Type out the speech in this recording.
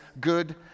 good